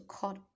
cut